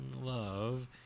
love